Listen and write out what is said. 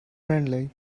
friendly